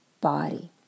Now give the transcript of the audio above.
body